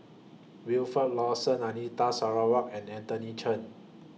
Wilfed Lawson Anita Sarawak and Anthony Chen